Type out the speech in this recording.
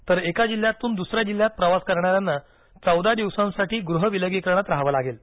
तर एका जिल्ह्यातून दुसऱ्या जिल्ह्यात प्रवास करणाऱ्यांना चौदा दिवसांसाठी गृह विलगीकरणात रहावं लागेल